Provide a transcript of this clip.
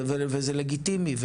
וזה לגיטימי,